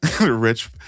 rich